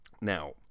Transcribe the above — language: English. Now